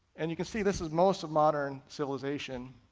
and you can see this is most of modern civilization.